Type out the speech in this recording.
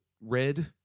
Red